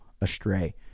astray